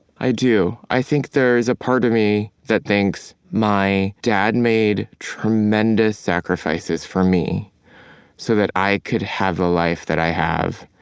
i do. i think there is a part of me that thinks my dad made tremendous sacrifices for me so that i could have a life that i have.